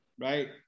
right